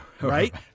Right